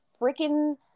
freaking